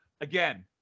Again